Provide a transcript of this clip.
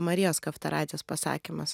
marijos kavtaradzės pasakymas